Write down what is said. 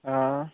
हां